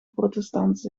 protestants